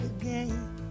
again